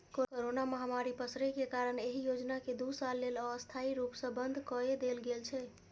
corona महामारी पसरै के कारण एहि योजना कें दू साल लेल अस्थायी रूप सं बंद कए देल गेल छै